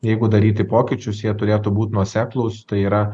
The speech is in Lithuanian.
jeigu daryti pokyčius jie turėtų būt nuoseklūs tai yra